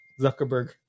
zuckerberg